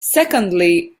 secondly